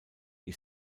ich